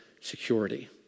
security